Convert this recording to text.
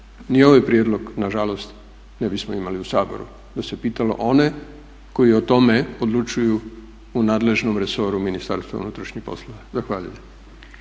ni ovaj prijedlog nažalost ne bismo imali u Saboru, da se pitalo one koji o tome odlučuju u nadležnom resoru Ministarstva unutarnjih poslova. Zahvaljujem.